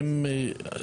לצערנו,